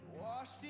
washed